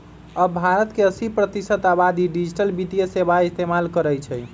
अब भारत के अस्सी प्रतिशत आबादी डिजिटल वित्तीय सेवाएं इस्तेमाल करई छई